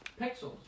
Pixels